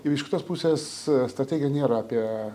ir iš kitos pusės strategija nėra apie